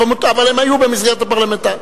אבל הם היו במסגרת הפרלמנטרית.